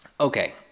Okay